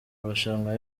marushanwa